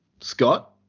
Scott